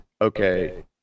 okay